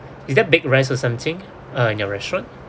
is there baked rice or something uh in your restaurant